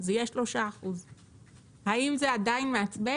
זה יהיה 3%. האם זה עדיין מעצבן?